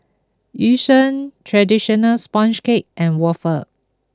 Yu Sheng Traditional Sponge Cake and Waffle